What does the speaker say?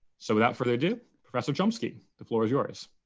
so without further ado, professor chomsky, the floor is yours.